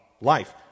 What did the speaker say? life